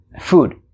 food